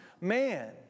man